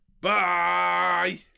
bye